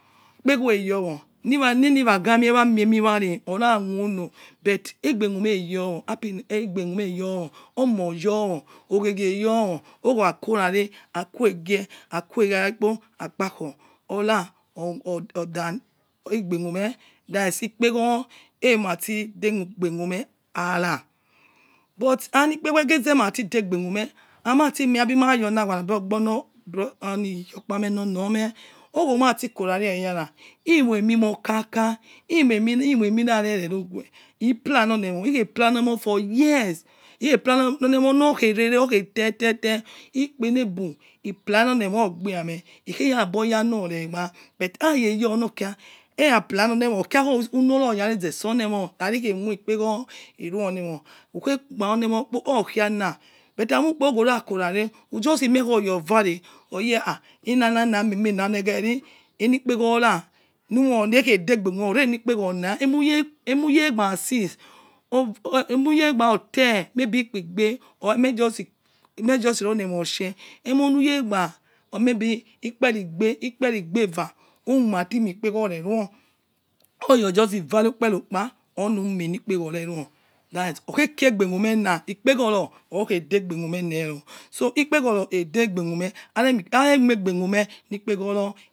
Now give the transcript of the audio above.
Ekpeghoro yowo lili wa ga mie miemi ware ora khu'ulo but aigbe khueme oyowo happiness yowo omo yomo, ogiegie yowo ogwo kura aikogie ako yare kpo aikpagho but aimi kpeghoro zati degbe khueme aimati mere aibilmavo la ghua according orgbo liyokpa lo me ogwe mati kura wo eyara emi emo kaka. Imoi emi khoreghir e plan enomo ighie plan emo for year ighie plain enomo likpe loghe tete ekpu emo mo oigbe aime, iya boya loregba but aiye wo uya plan enemo okhai oyo so oya leze so'olemon khai ekpeghoro airu le enion ughe gba elomo okhala ukpe ogwo oya kura re ujust mier oya ware oye ha! Ma na emie khaci ete kpeghoro na lu khadegbe ne lekpe ghoro na umughe gbara since aimughe gbara ute maybe ikpi igbe, maid just no lemo shi or maybe ikperigbe ikpere-igbe-eva umie kpeghoro reru oya just ware ikpero 'okpa olu mie aliekpeghoro lure luo oghe kiri aigbe khueme na that ekpeghoro oghe degbe khueme ne oh. Ekpeghoro oidegbe khueme ore mie ikpeghoro degbe khueme.